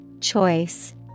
Choice